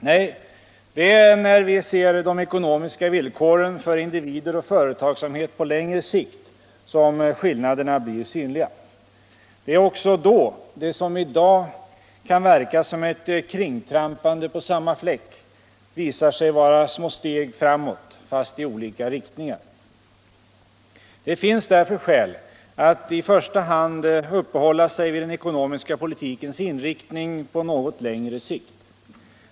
Nej, det är när vi ser de ekonomiska villkoren för individer och företagsamhet på längre sikt som skillnaderna blir synliga. Det är också då som det som i dag kan verka som ett kringtrampande på samma fläck visar sig vara små framsteg — framåt —, fast i olika riktningar. Det finns därför skäl att i första hand uppehålla sig vid den ekonomiska politikens inriktning på något längre sikt.